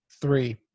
three